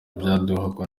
ibyaduka